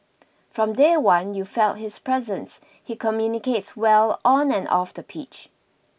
from day one you felt his presence he communicates well on and off the pitch